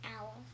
owl